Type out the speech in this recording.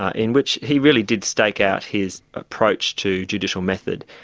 ah in which he really did stake out his approach to judicial method.